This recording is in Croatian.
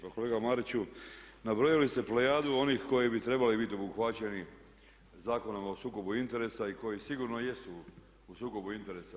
Pa kolega Mariću, nabrojali ste plejadu onih koji bi trebali biti obuhvaćeni Zakonom o sukobu interesa i koji sigurno jesu u sukobu interesa.